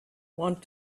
want